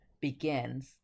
begins